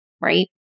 right